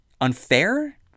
unfair